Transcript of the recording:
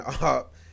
up